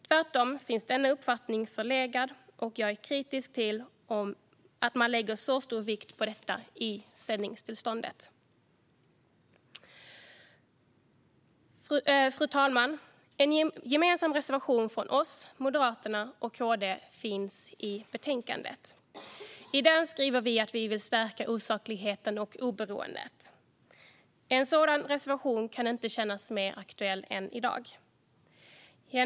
Tvärtom känns denna uppfattning förlegad, och jag är kritisk till att man lägger så stor vikt vid detta i sändningstillståndet. Fru talman! En gemensam reservation från oss, Moderaterna och KD finns i betänkandet. I den skriver vi att vi vill stärka sakligheten och oberoendet, och en sådan reservation kan inte kännas mer aktuell än i dag.